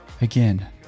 Again